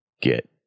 get